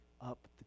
up